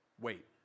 wait